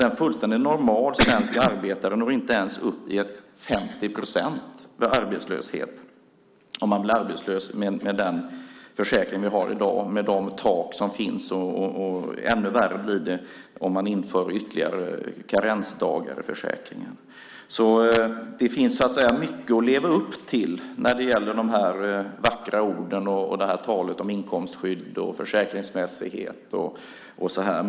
En fullständigt normal svensk arbetare når inte ens upp till 50 procent vid arbetslöshet med den försäkring vi i dag har och med de tak som nu finns. Ännu värre blir det om ytterligare karensdagar införs i försäkringen. Det finns alltså mycket att leva upp till när det gäller de vackra orden och talet om inkomstskydd, försäkringsmässighet och så vidare.